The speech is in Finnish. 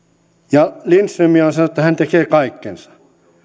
ja lindström on sanonut että hän tekee kaikkensa